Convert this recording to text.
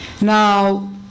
Now